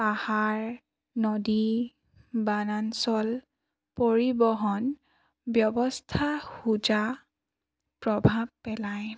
পাহাৰ নদী বনাঞ্চল পৰিবহণ ব্যৱস্থা সোজা প্ৰভাৱ পেলায়